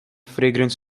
fragrance